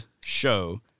show